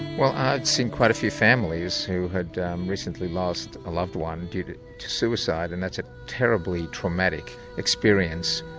well i'd seen quite a few families who had um recently lost a loved one due to to suicide. and that's a terribly traumatic experience,